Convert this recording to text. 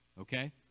Okay